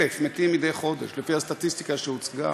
1,000 מתים מדי חודש לפי הסטטיסטיקה שהוצגה,